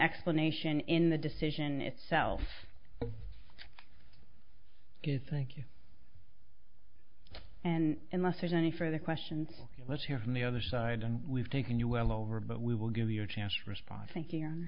explanation in the decision itself is thank you and unless there's any further questions let's hear from the other side and we've taken you well over but we will give you a chance respond thank